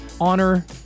honor